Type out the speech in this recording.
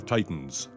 Titans